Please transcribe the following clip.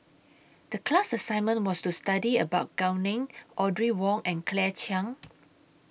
The class assignment was to study about Gao Ning Audrey Wong and Claire Chiang